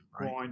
right